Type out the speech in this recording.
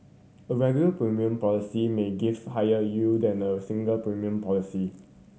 a regular premium policy may give higher yield than a single premium policy